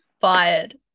fired